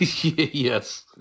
Yes